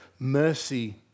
Mercy